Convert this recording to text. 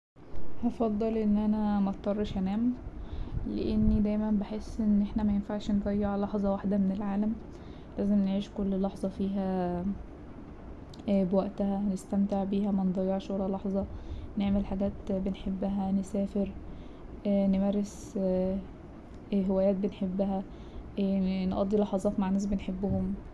هفضل ان انا مضطرش انام لأني دايما بحس ان احنا مينفعش نضيع لحظة واحدة من العالم لازم نعيش كل لحظة فيها بوقتها نستمتع بيها منضيعش ولا لحظة نعمل حاجات بنحبها نسافر نمارس هوايات بنحبها نقضي لحظات مع ناس بنحبهم.